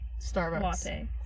Starbucks